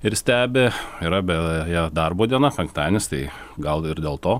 ir stebi yra be je darbo diena penktadienis tai gal ir dėl to